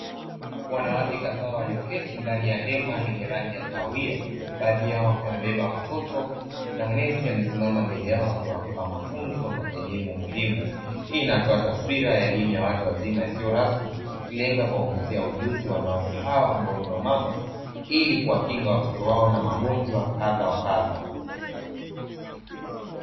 Wanawake kadhaa walioketi ndani ya hema lenye rangi ya kahawia baadhi yao wakiwa wamebeba watoto na manesi wamesimama mbele yao kuwapa mafunzo ya elimu muhimu. Hii inatoa taswira ya elimu ya watu wazima isiyo rasmi ikilenga kuwaongezea ujuzi wanawake hawa ambao ni wamama ili kuwakinga watoto wao na magonjwa kadha wa kadha.